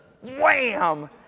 wham